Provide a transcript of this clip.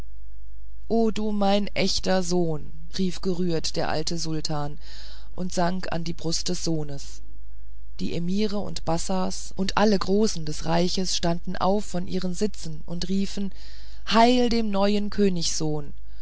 o du mein echter sohn rief gerührt der alte sultan und sank an die brust des sohnes die emiren und bassa und alle großen des reiches standen auf von ihren sitzen und riefen heil dem neuen